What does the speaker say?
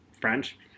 French